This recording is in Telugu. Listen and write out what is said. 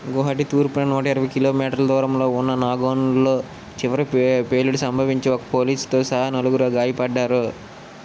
గుహాటీ తూర్పున నుట ఇరవై కిలోమీటర్ల దూరంలో ఉన్న నాగోన్లో చివరి పే పేలుడు సంభవించి ఒక పోలీసుతో సహా నలుగురు గాయపడ్డారు